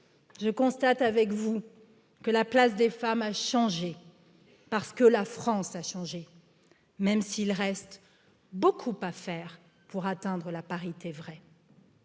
je constate avec vous que la place des femmes a changé. Parce que la France a changé, même s'il reste beaucoup à faire pour atteindre la parité vraie.